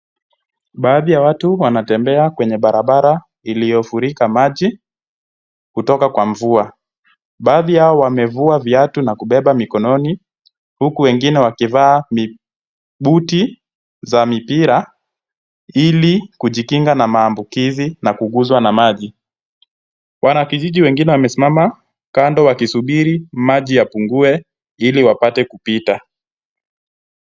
Baadhi ya watu wanatembea kwenye barabara iliyofurika maji kutoka kwa mvua. Baadhi yao wamevua viatu na kubeba katika mikononi huku wengine wakivaa mibuti za mipira ili kujikinga na maambukizi na kuguswa na maji. Wanakijiji wengine wamekaa kando wakisubiri maji yapungue ili wapate kupita.